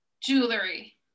Jewelry